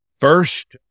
First